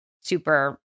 super